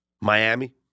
Miami